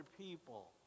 people